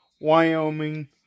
Wyoming